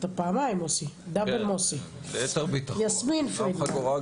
יסמין פרידמן,